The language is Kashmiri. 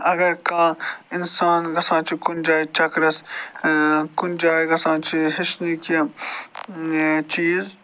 اگر کانٛہہ اِنسان گژھان چھُ کُنہِ جایہِ چَکرَس کُنہِ جایہِ گژھان چھِ ہیٚچھنہِ کیٚنہہ چیٖز